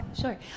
Sure